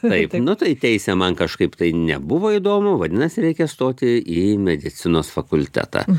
taip nu tai teisė man kažkaip tai nebuvo įdomu vadinasi reikia stoti į medicinos fakultetą